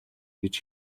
гэж